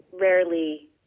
rarely